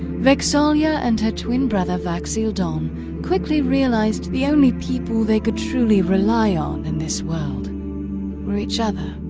vex'ahlia and her twin brother vax'ildan quickly realized the only people they could truly rely on in this world were each other.